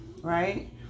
right